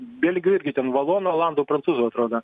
belgijoj irgi ten valonų olandų prancūzų atrodo